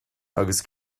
agus